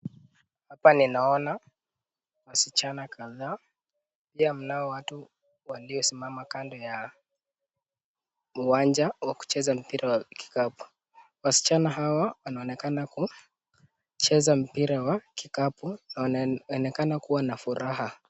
Hapa ninaona wasichana kadhaa mnao watu waliosimama kando ya uwanja wa kucheza mpira wa kikapu. Wasichana hawa wanaonekana kucheza mpira wa kikapu na wanaonekana kuwa na furaha.